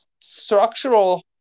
structural